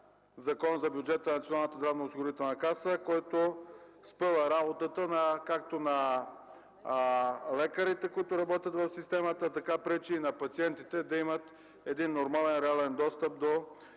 Закон за бюджета на Националната здравноосигурителна каса, който спъва работата, както на лекарите, които работят в системата, така пречи и на пациентите да имат един нормален, реален достъп до